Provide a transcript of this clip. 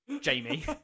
Jamie